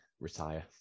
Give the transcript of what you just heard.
retire